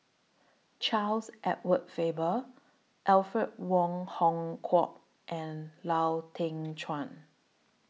Charles Edward Faber Alfred Wong Hong Kwok and Lau Teng Chuan